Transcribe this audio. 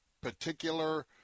particular